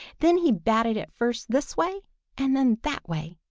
then he batted it first this way and then that way,